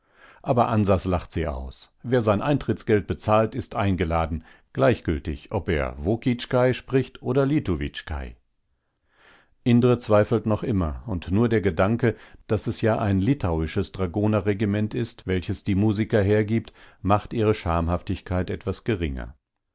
aber ansas lacht sie aus wer sein eintrittsgeld bezahlt ist eingeladen gleichgültig ob er wokiszkai spricht oder lietuwiszkai indre zweifelt noch immer und nur der gedanke daß es ja ein litauisches dragonerregiment ist welches die musiker hergibt macht ihr schamhaftigkeit etwas geringer